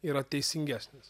yra teisingesnis